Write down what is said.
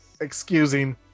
excusing